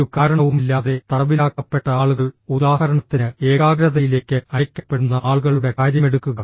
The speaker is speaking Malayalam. ഒരു കാരണവുമില്ലാതെ തടവിലാക്കപ്പെട്ട ആളുകൾ ഉദാഹരണത്തിന് ഏകാഗ്രതയിലേക്ക് അയയ്ക്കപ്പെടുന്ന ആളുകളുടെ കാര്യമെടുക്കുക